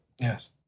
Yes